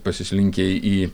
pasislinkę į